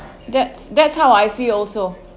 that's that's how I feel also